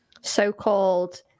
so-called